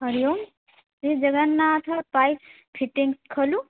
हरिः ओम् श्रीजगन्नाथपैप्स् फ़िट्टीङ्ग् खलु